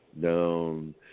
Down